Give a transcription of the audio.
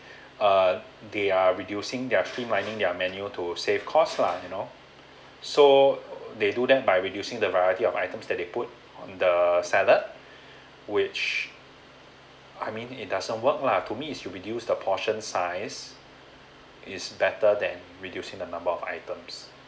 uh they are reducing their streamlining their menu to save cost lah you know so they do that by reducing the variety of items that they put on the salad which I mean it doesn't work lah to me is to reduce the portion size is better than reducing the number of items